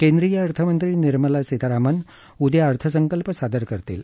केंद्रीय अर्थमंत्री निर्मला सीतारामन उद्या अर्थसंकल्प सादर करतील